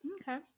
Okay